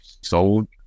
sold